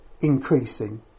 increasing